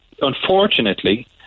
unfortunately